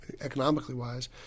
economically-wise